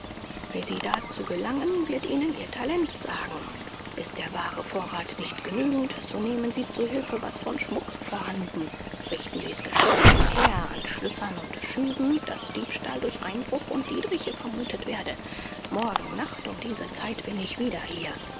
wie sie dazu gelangen wird ihnen ihr talent sagen ist der baare vorrath nicht genügend so nehmen sie zu hilfe was von schmuck vorhanden richten sie's geschickt genug her an schlössern und schüben daß diebstahl durch einbruch und dietriche vermuthet werde morgen nacht um diese zeit bin ich wieder hier